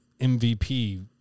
MVP